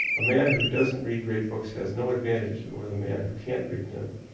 a man who doesn't read great books has no advantage over the man who can't read them.